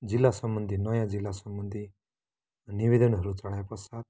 जिल्ला सम्बन्धी नयाँ जिल्ला सम्बन्धी निवेदनहरू चढाए पश्चात्